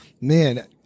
Man